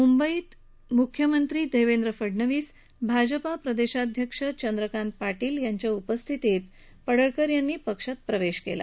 मुंबईत प्रवेश म्ख्यमंत्री देवेंद्र फडनवीस भाजपा प्रदेशाध्यक्ष चंदक्रांत पाटील यांच्या उपस्थितीत पडळकर यांनी पक्षात प्रवेश केला